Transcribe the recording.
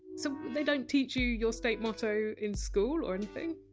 so they don't teach you your state motto in school or anything?